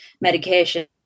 medication